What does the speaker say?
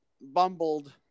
bumbled